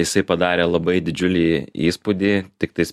jisai padarė labai didžiulį įspūdį tiktais